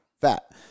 fat